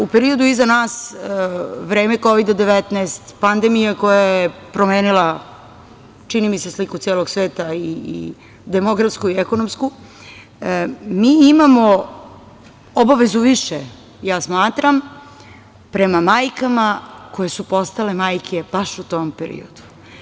U periodu iza nas, vreme Kovida-19, pandemija koja je promenila, čini mi se sliku celog sveta i demografsku i ekonomsku, mi imamo obavezu više, ja smatram, prema majkama koje su postale majke, baš u tom periodu.